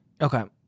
Okay